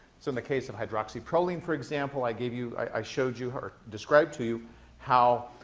so, in the case of hydroxyproline, for example, i gave you, i showed you or described to you how